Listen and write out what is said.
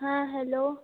ہاں ہیلو